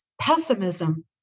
pessimism